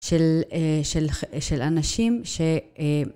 של אנשים ש..